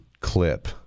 clip